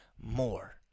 more